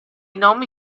nomi